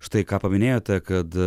štai ką paminėjote kad